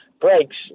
breaks